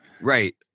Right